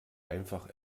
einfach